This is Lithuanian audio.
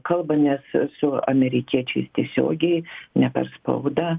kalbamės su amerikiečiais tiesiogiai ne per spaudą